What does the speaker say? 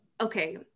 Okay